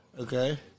Okay